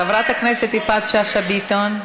חברת הכנסת יפעת שאשא ביטון.